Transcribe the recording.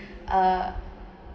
uh